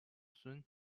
soon